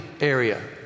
area